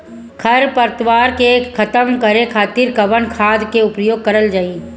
खर पतवार के खतम करे खातिर कवन खाद के उपयोग करल जाई?